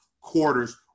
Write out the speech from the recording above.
quarters